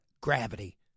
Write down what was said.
gravity